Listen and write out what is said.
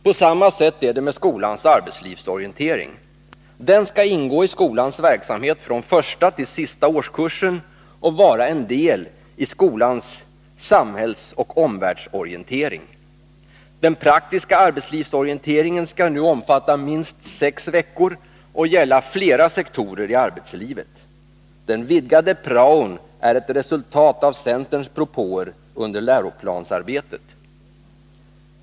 På samma sätt är det med skolans arbetslivsorientering. Den skall ingå i skolans verksamhet från första till sista årskursen och vara en del i skolans samhällsoch omvärldsorientering. Den praktiska arbetslivsorienteringen skall nu omfatta minst sex veckor och gälla flera sektorer i arbetslivet. Den vidgade praon är ett resultat av centerns propåer under läroplansarbetet.